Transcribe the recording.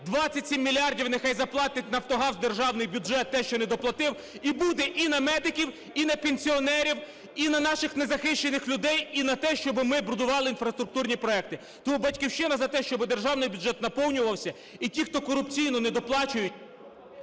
27 мільярдів нехай заплатить "Нафтогаз" в державний бюджет те, що недоплатив, і буде і на медиків, і на пенсіонерів, і на наших незахищених людей, і на те, щоб ми будували інфраструктурні проекти. Тому "Батьківщина" за те, щоб державний бюджет наповнювався, і ті, хто корупційно недоплачують,....